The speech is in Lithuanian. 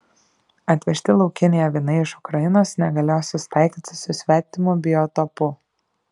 atvežti laukiniai avinai iš ukrainos negalėjo susitaikyti su svetimu biotopu